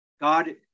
God